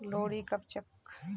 लोहड़ी कब छेक